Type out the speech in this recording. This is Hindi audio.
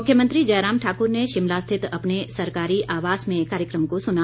मुख्यमंत्री जयराम ठाकुर ने शिमला स्थित अपने सरकारी आवास में कार्यक्रम को सुना